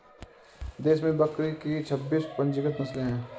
देश में बकरी की छब्बीस पंजीकृत नस्लें हैं